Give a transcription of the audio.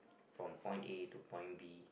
from point A to point B